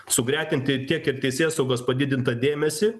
sugretinti tiek ir teisėsaugos padidintą dėmesį